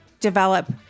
develop